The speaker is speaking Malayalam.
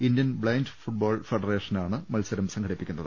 ഇന്ത്യൻ ബ്ലൈൻഡ് ഫുട്ബോൾ ഫെഡറേഷനാണ് മത്സരം സംഘടിപ്പിക്കുന്നത്